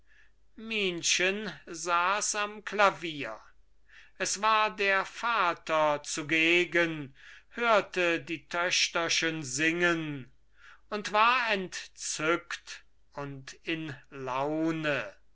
minchen saß am klavier es war der vater zugegen hörte die töchterchen singen und war entzückt und in laune